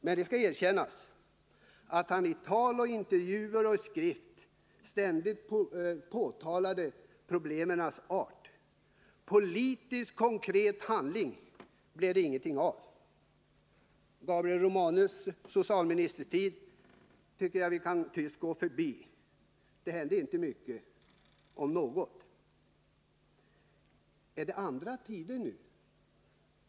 Men det skall erkännas att han i tal, intervjuer och skrift ständigt påtalat problemens art. Politisk konkret handling blev det dock ingenting av. Gabriel Romanus socialministertid tycker jag att vi kan gå tyst förbi. Då hände det inte mycket — om det ens hände något.